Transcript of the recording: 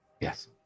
Yes